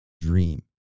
dream